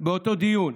באותו דיון: